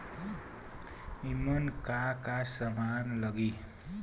ईमन का का समान लगी?